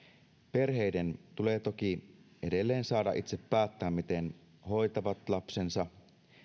perheiden tulee toki edelleen saada itse päättää miten ne hoitavat lapsensa